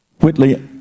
Whitley